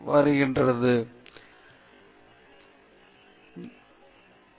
பேராசிரியர் பிரதாப் ஹரிதாஸ் சரி நீ எங்கிருந்து வருகிறாய்